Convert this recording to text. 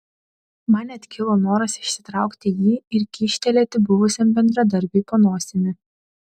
man net kilo noras išsitraukti jį ir kyštelėti buvusiam bendradarbiui po nosimi